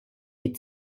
die